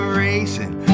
racing